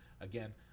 again